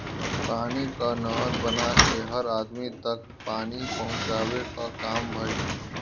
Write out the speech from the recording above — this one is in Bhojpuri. पानी कअ नहर बना के हर अदमी तक पानी पहुंचावे कअ काम भइल